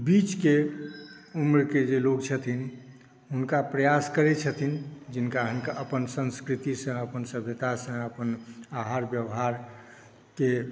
बीचके उम्रके जे लोक छथिन हुनका प्रयास करै छथिन जिनका हिनका अपन संस्कृतिसॅं अपन सभ्यतासॅं अपन आहार व्यवहारके